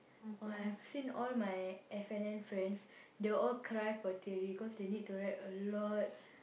!wah! I've seen all my F-and-N friends they will all cry for theory cause they need to write a lot